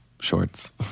shorts